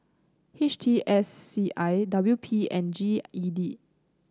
H T S C I W P and G E D